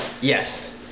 yes